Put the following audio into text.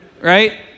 right